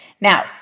Now